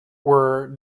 were